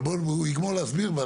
אבל בואו, הוא יגמור להסביר.